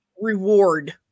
reward